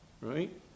Right